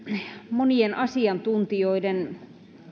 monien asiantuntijoiden